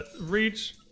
reach